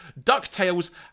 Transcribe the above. DuckTales